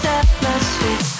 atmosphere